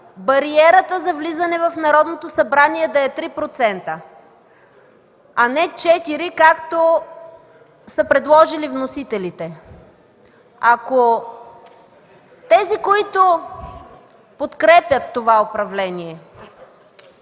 бариерата за влизане в Народното събрание да е 3%, а не 4%, както са предложили вносителите. Ако тези, които подкрепят управлението,